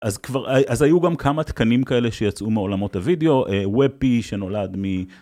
אז כבר, אז היו גם כמה תקנים כאלה שיצאו מעולמות הווידאו, ווב פי שנולד מ.